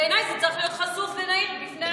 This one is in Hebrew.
בעיניי זה צריך להיות חשוף ונהיר בפני הציבור.